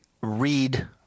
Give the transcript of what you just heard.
read